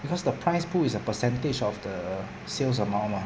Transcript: because the prize pool is a percentage of the sales amount mah